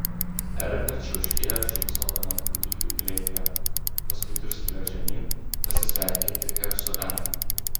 erika čiauškėjo šypsodama kūdikiui glėbyje paskui dirstelėjo žemyn pasisveikinti ir su ema